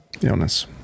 illness